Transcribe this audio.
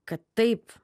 kad taip